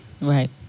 Right